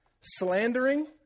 slandering